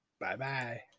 Bye-bye